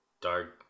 dark